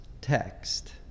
text